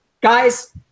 Guys